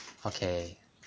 okay